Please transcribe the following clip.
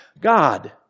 God